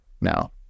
now